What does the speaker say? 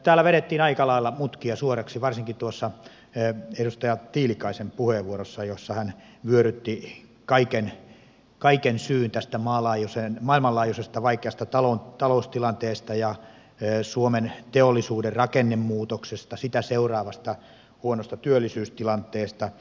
täällä vedettiin aika lailla mutkia suoriksi varsinkin tuossa edustaja tiilikaisen puheenvuorossa jossa hän vyörytti lähestulkoon kaiken syyn tästä maailmanlaajuisesta vaikeasta taloustilanteesta suomen teollisuuden rakennemuutoksesta ja sitä seuraavasta huonosta työllisyystilanteesta